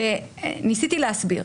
ניסיתי להסביר.